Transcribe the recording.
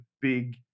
big